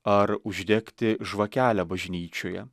ar uždegti žvakelę bažnyčioje